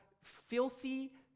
filthy